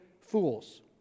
fools